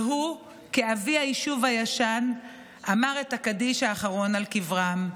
וכאבי היישוב הישן הוא אמר את הקדיש האחרון על קברם.